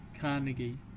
carnegie